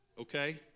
okay